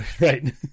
Right